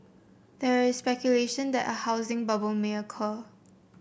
there is speculation that a housing bubble may occur